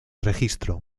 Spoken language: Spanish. registro